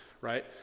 right